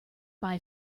bye